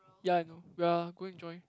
ya I know we are going join